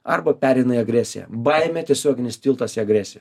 arba pereina į agresiją baimė tiesioginis tiltas į agresiją